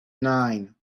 nine